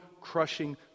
crushing